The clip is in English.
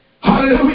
Hallelujah